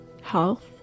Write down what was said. health